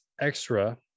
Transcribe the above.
extra